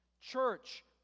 Church